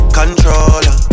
controller